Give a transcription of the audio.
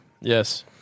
Yes